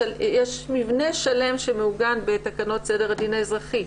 יש מבנה שלם שמעוגן בתקנות סדר הדין האזרחי.